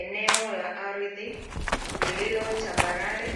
Eneo la ardhi lililo tambarale